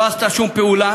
לא עשתה שום פעולה